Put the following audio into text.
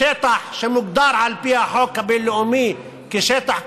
בשטח שמוגדר על פי החוק הבין-לאומי כשטח כבוש,